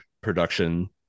production